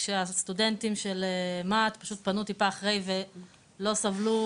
של הסטודנטים של מה"ט פשוט פנו טיפה אחרי ולא סבלו,